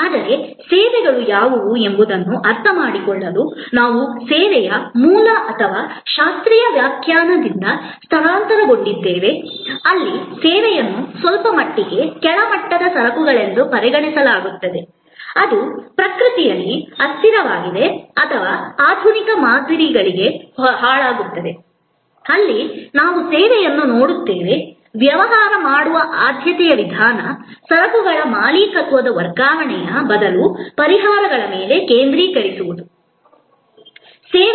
ಆದರೆ ಸೇವೆಗಳು ಯಾವುವು ಎಂಬುದನ್ನು ಅರ್ಥಮಾಡಿಕೊಳ್ಳಲು ನಾವು ಸೇವೆಯ ಮೂಲ ಅಥವಾ ಶಾಸ್ತ್ರೀಯ ವ್ಯಾಖ್ಯಾನದಿಂದ ಸ್ಥಳಾಂತರಗೊಂಡಿದ್ದೇವೆ ಅಲ್ಲಿ ಸೇವೆಯನ್ನು ಸ್ವಲ್ಪಮಟ್ಟಿಗೆ ಕೆಳಮಟ್ಟದ ಸರಕುಗಳೆಂದು ಪರಿಗಣಿಸಲಾಗುತ್ತಿತ್ತು ಅದು ಪ್ರಕೃತಿಯಲ್ಲಿ ಅಸ್ಥಿರವಾಗಿದೆ ಅಥವಾ ಆಧುನಿಕ ಮಾದರಿಗಳಿಗೆ ಹಾಳಾಗುತ್ತದೆ ಅಲ್ಲಿ ನಾವು ಸೇವೆಯನ್ನು ವ್ಯಾಪಾರ ಮಾಡುವ ಆದ್ಯತೆಯ ವಿಧಾನ ಸರಕುಗಳ ಮಾಲೀಕತ್ವದ ವರ್ಗಾವಣೆಯ ಬದಲು ಪರಿಹಾರಗಳ ಮೇಲೆ ಕೇಂದ್ರೀಕರಿಸುವುದನ್ನು ನೋಡುತ್ತೇವೆ